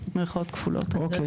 אוקיי.